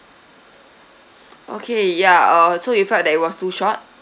okay ya uh so you felt that it was too short